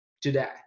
today